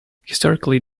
historically